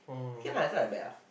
okay lah it's not that bad lah